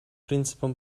принципам